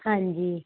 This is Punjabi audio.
ਹਾਂਜੀ